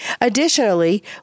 Additionally